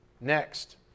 Next